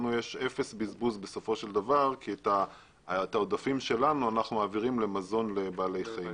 לנו יש אפס בזבוז מזון כי את העודפים שלנו אנחנו מעבירים לבעלי חיים.